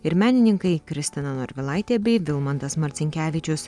ir menininkai kristina norvilaitė bei vilmantas marcinkevičius